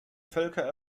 völker